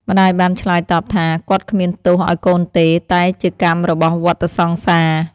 ម្តាយបានឆ្លើយតបថា គាត់គ្មានទោសឱ្យកូនទេ តែជាកម្មរបស់វដ្តសង្សារ។